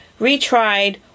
retried